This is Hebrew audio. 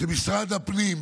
כשמשרד הפנים,